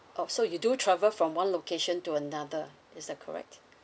orh so you do travel from one location to another is that correct